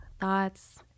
thoughts